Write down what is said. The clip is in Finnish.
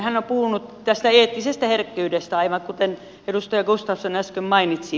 hän on puhunut tästä eettisestä herkkyydestä aivan kuten edustaja gustafsson äsken mainitsi